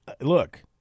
look